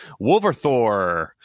Wolverthor